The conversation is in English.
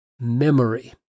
memory